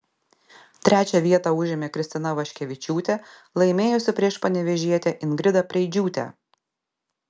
trečią vietą užėmė kristina vaškevičiūtė laimėjusi prieš panevėžietę ingridą preidžiūtę